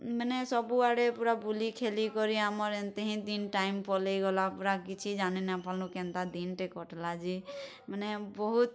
ମାନେ ସବୁଆଡ଼େ ପୁରା ବୁଲି ଖେଲି କରି ଆମର୍ ଏନ୍ତି ହିଁ ଦିନ୍ ଟାଇମ୍ ପଲେଇଗଲା ପୁରା କିଛି ଜାନି ନାଇଁ ପାର୍ଲୁ କେନ୍ତା ଦିନ୍ଟେ କଟ୍ଲା ଯେ ମାନେ ବହୁତ୍